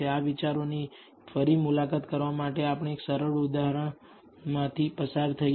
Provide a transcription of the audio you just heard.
આ વિચારોની ફરી મુલાકાત કરવા માટે આપણે એક સરળ ઉદાહરણ માંથી પસાર થઈએ